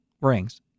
rings